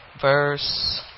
Verse